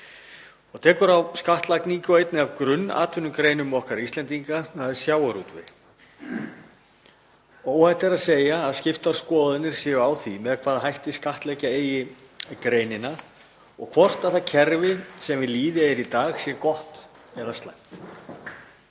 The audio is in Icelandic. og tekur á skattlagningu á einni af grunnatvinnugreinum okkar Íslendinga, sjávarútvegi. Óhætt er að segja að skiptar skoðanir séu á því með hvaða hætti skattleggja eigi greinina og hvort það kerfi sem við lýði er í dag sé gott eða slæmt.